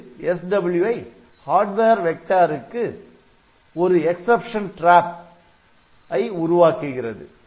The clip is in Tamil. இது SWI ஹார்ட்வேர் வெக்டருக்கு SWI hardware vector வன்பொருள் நெறியம் ஒரு எக்சப்சன் டிராப் exception trap விதிவிலக்கு பொறி ஐ உருவாக்குகிறது